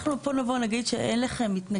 אנחנו פה נבוא נגיד שאין לכם,